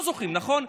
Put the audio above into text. לא זוכרים, נכון?